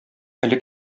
элек